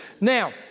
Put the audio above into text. Now